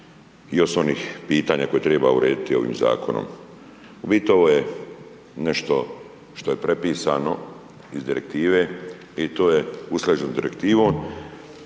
i još s onih pitanja koje treba urediti ovim zakonom. Vidite ovo je nešto što je prepisano iz direktive i to je usklađeno s direktivom.